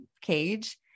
cage